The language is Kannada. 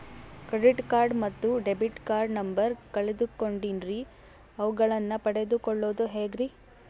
ಕ್ರೆಡಿಟ್ ಕಾರ್ಡ್ ಮತ್ತು ಡೆಬಿಟ್ ಕಾರ್ಡ್ ನಂಬರ್ ಕಳೆದುಕೊಂಡಿನ್ರಿ ಅವುಗಳನ್ನ ಪಡೆದು ಕೊಳ್ಳೋದು ಹೇಗ್ರಿ?